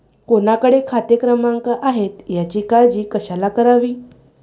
कोणाकडे खाते क्रमांक आहेत याची काळजी कशाला करावी